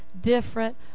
different